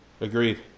Agreed